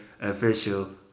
official